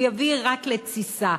הוא יביא רק לתסיסה,